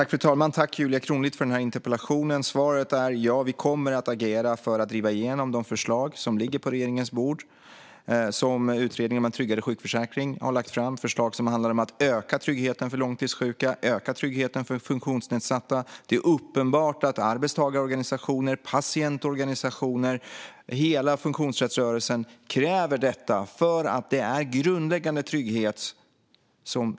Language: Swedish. Fru talman! Jag tackar Julia Kronlid för denna interpellation. Svaret är att vi kommer att agera för att driva igenom de förslag som ligger på regeringens bord, som utredningen om en trygg sjukförsäkring har lagt fram. Det är förslag som handlar om att öka tryggheten för långtidssjuka och öka tryggheten för funktionsnedsatta. Det är uppenbart att arbetstagarorganisationer, patientorganisationer och hela funktionsrättsrörelsen kräver detta för att det är fråga om grundläggande trygghet.